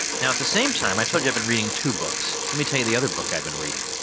now, at the same time, i told you i've been reading two books. let me tell you the other book i've been reading.